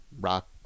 rock